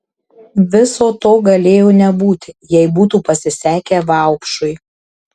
viso to galėjo nebūti jei būtų pasisekę vaupšui